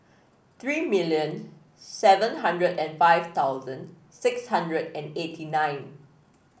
three million seven hundred and five thousand six hundred and eighty nine